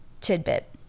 tidbit